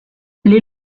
les